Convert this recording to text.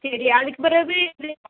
சரி அதுக்குப் பெறகு